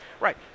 Right